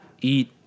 eat